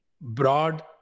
broad